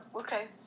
okay